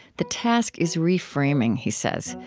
the task is reframing, he says,